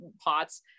pots